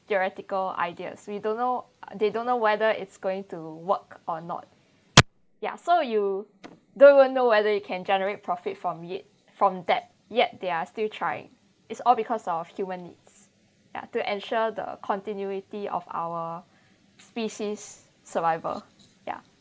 theoretical ideas we don't know they don't know whether it's going to work or not ya so you don't even know whether you can generate profit from it from that yet they're still trying it's all because of human needs ya to ensure the continuity of our species survival ya